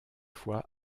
fois